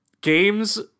games